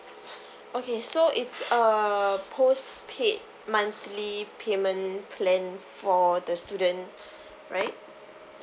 okay so it's a postpaid monthly payment plan for the student right